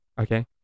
okay